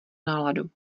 náladu